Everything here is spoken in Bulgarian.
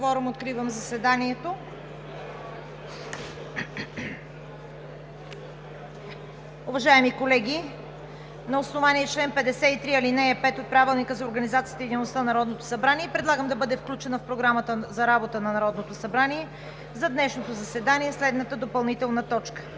откривам заседанието. Уважаеми колеги, на основание чл. 53, ал. 5 от Правилника за организацията и дейността на Народното събрание предлагам да бъде включена в Програмата за работа на Народното събрание за днешното заседание следната допълнителна точка: